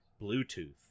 Bluetooth